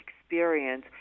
experience